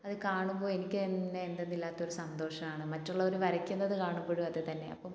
അത് കാണുമ്പോൾ എനിക്ക് തന്നെ എന്തന്നില്ലാത്ത ഒരു സന്തോഷമാണ് മറ്റുള്ളവർ വരയ്ക്കുന്നത് കാണുമ്പോഴും അത് തന്നെ അപ്പം